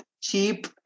cheap